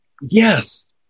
Yes